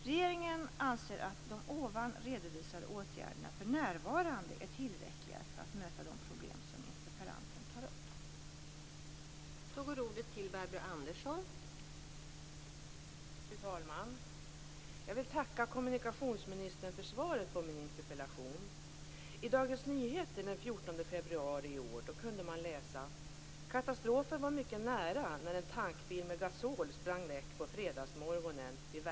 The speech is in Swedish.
Regeringen anser att de här redovisade åtgärderna för närvarande är tillräckliga för att möta de problem som interpellanten tar upp.